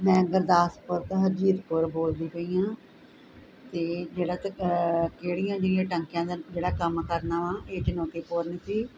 ਮੈਂ ਗੁਰਦਾਸਪੁਰ ਤੋਂ ਹਰਜੀਤ ਕੌਰ ਬੋਲਦੀ ਪਈ ਹਾਂ ਅਤੇ ਜਿਹੜਾ ਤਾਂ ਕਿਹੜੀਆਂ ਜਿਹੜੀਆਂ ਟੰਕਿਆਂ ਦਾ ਜਿਹੜਾ ਕੰਮ ਕਰਨਾ ਵਾ ਇਹ ਚੁਣੌਤੀਪੂਰਨ ਸੀ